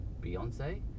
Beyonce